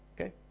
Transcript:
Okay